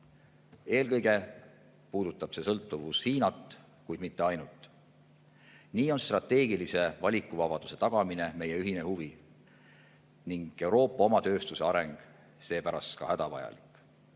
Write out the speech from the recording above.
Eelkõige puudutab see sõltuvus Hiinat, kuid mitte ainult. Nii on strateegilise valikuvabaduse tagamine meie ühine huvi ning Euroopa oma tööstuse areng seepärast ka hädavajalik.